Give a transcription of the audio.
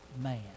man